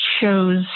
shows